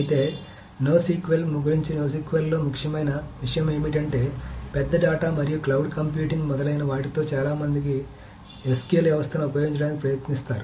అయితే NoSQL గురించి NoSQL లో ఒక ముఖ్యమైన విషయం ఏమిటంటే పెద్ద డేటా మరియు క్లౌడ్ కంప్యూటింగ్ మొదలైన వాటితో చాలా మంది SQL వ్యవస్థను ఉపయోగించడానికి ప్రయత్నిస్తారు